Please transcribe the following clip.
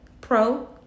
pro